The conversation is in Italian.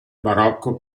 barocco